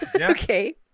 Okay